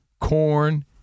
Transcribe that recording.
Corn